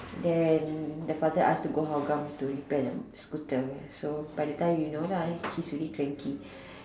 then the father ask to go Hougang to repair the scooter so by the time you know then I he is already cranky